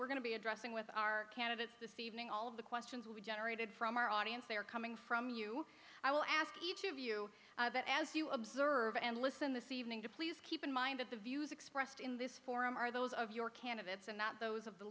we're going to be addressing with our candidates this evening all of the questions will be generated from our audience they are coming from you i will ask each of you that as you observe and listen this evening to please keep in mind that the views expressed in this forum are those of your candidates and not those of the